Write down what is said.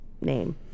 name